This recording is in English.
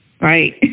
right